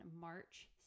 March